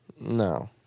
No